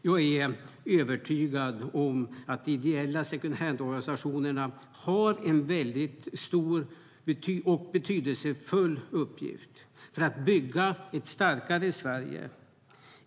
Jag är övertygad om att de ideella second hand-organisationerna har en stor och betydelsefull uppgift för att bygga ett starkare Sverige.